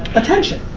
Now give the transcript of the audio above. attention.